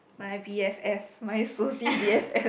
my b_f_f my soci b_f_f